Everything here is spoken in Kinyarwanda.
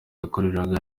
yakoreraga